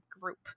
group